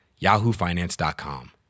yahoofinance.com